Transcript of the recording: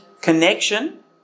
connection